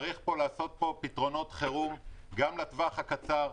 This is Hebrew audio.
צריך לעשות פה פתרונות חרום גם לטווח הקצר.